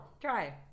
try